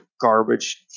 garbage